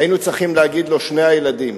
היינו צריכים להגיד לו: שני הילדים.